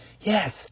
Yes